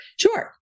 Sure